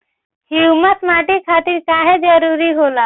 Humus माटी खातिर काहे जरूरी होला?